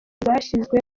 zashyizwe